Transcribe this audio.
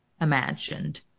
imagined